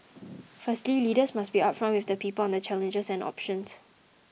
firstly leaders must be upfront with the people on the challenges and options